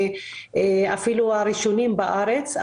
אפילו הראשונים בארץ,